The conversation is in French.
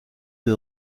des